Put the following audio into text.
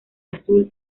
azul